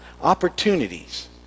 opportunities